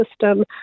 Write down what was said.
system